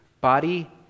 body